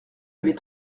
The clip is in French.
avait